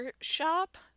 shop